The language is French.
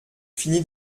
fini